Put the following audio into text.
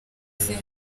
izina